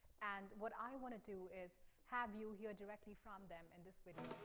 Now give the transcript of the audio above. and what i want to do is have you hear directly from them in this video.